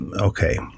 okay